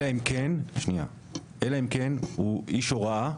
אלא אם כן הוא איש הוראה.